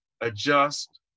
adjust